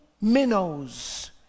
minnows